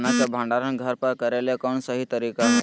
चना के भंडारण घर पर करेले कौन सही तरीका है?